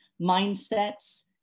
mindsets